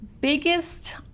biggest